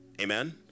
Amen